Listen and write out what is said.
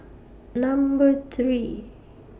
Number three